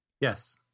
Yes